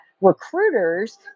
recruiters